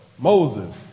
Moses